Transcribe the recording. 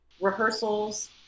rehearsals